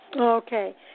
Okay